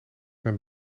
mijn